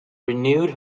renewed